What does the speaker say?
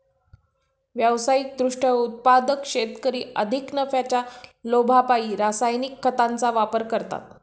व्यावसायिक दृष्ट्या उत्पादक शेतकरी अधिक नफ्याच्या लोभापायी रासायनिक खतांचा वापर करतात